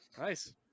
Nice